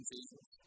Jesus